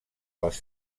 les